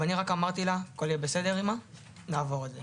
ואני רק אמרתי לה שהכל יהיה בסדר ונעבור את זה.